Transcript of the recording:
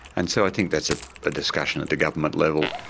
and so i think that's a ah discussion at the government level.